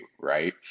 Right